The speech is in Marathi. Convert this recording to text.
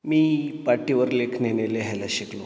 मी पाटीवर लेखणीने लिहायला शिकलो